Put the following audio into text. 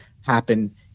happen